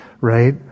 right